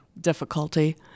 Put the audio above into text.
difficulty